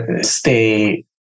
stay